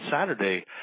Saturday